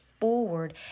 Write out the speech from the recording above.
forward